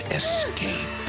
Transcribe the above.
escape